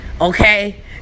okay